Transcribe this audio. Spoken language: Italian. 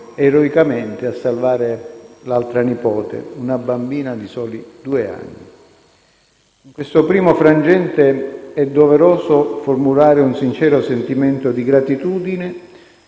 eroicamente a salvare l'altra nipote, una bambina di soli due anni). In questo primo frangente è doveroso formulare un sincero sentimento di gratitudine